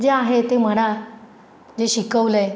जे आहे ते म्हणा जे शिकवलं आहे